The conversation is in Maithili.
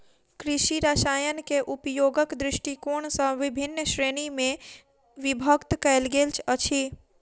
कृषि रसायनकेँ उपयोगक दृष्टिकोण सॅ विभिन्न श्रेणी मे विभक्त कयल गेल अछि